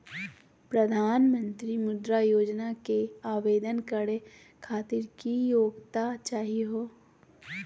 प्रधानमंत्री मुद्रा योजना के आवेदन करै खातिर की योग्यता चाहियो?